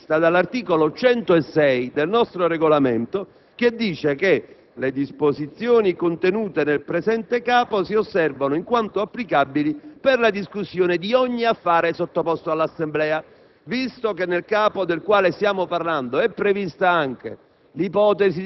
sia prevista dall'articolo 106 del nostro Regolamento, che così recita: «Le disposizioni contenute nel presente Capo si osservano, in quanto applicabili, per la discussione di ogni affare sottoposto all'Assemblea». Visto che nel Capo del quale stiamo parlando è prevista anche